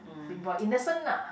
being brought up innocent lah